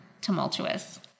tumultuous